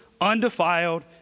undefiled